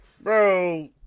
Bro